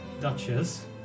Duchess